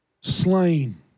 slain